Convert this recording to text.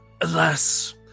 Alas